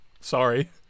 sorry